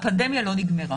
הפנדמיה לא נגמרה.